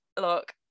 look